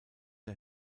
der